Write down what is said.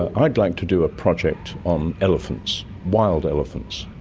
ah i'd like to do a project on elephants, wild elephants.